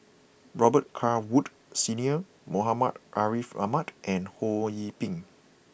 Robet Carr Wood Senior Muhammad Ariff Ahmad and Ho Yee Ping